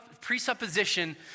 presupposition